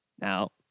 Now